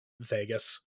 Vegas